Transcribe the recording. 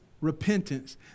repentance